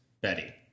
Betty